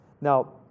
Now